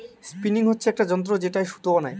spinning হচ্ছে একটা যন্ত্র যেটায় সুতো বানাই